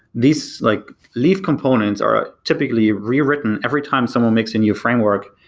these like leaf components are ah typically rewritten every time someone makes a new framework,